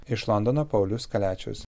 iš londono paulius kaliačius